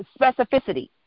specificity